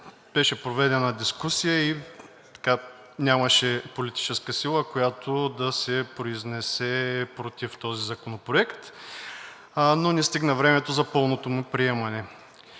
Беше проведена дискусия и нямаше политическа сила, която да се произнесе против този законопроект, но не стигна времето за пълното му приемане.